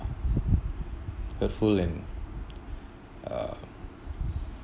hurtful and uh